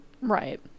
Right